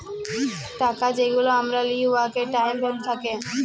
টাকা যেগলা আমরা লিই উয়াতে টাইম ভ্যালু থ্যাকে